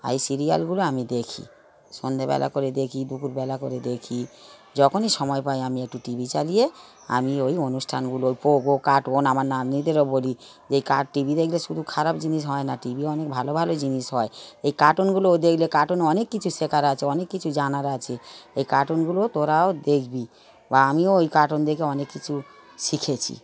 আর এই সিরিয়ালগুলো আমি দেখি সন্ধেবেলা করে দেখি দুপুরবেলা করে দেখি যখনই সময় পাই আমি একটু টি ভি চালিয়ে আমি ওই অনুষ্ঠানগুলো ওই পোগো কার্টুন আমার নাতনিদেরও বলি যে এই কাট টি ভি দেখলে শুধু খারাপ জিনিস হয় না টি ভি অনেক ভালো ভালো জিনিস হয় এই কার্টুনগুলোও দেখলে কার্টুন অনেক কিছু শেখার আছে অনেক কিছু জানার আছে এই কার্টুনগুলো তোরাও দেখবি বা আমিও ওই কার্টুন দেখে অনেক কিছু শিখেছি